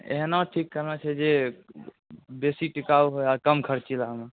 एना ठीक करनाइ छै जे बेसी टिकाउ होय आ कम खर्चीला हो